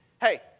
Hey